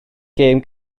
gêm